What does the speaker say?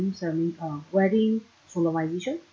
ceremony uh wedding solemnization